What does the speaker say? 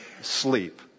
sleep